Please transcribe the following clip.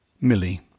Millie